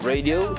Radio